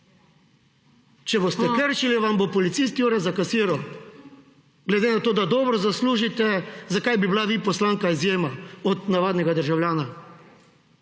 Če boste kršili, vam bo policist jurja zakasiral. Glede na to, da dobro zaslužite, zakaj bi bili vi, poslanka, izjema od navadnega državljana.